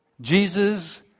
Jesus